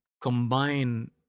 combine